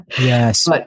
Yes